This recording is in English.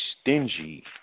stingy